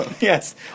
Yes